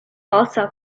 also